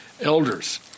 elders